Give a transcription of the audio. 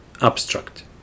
Abstract